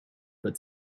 but